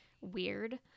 weird